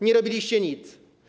Nie robiliście nic.